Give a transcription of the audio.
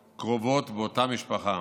קרובות ומאותה משפחה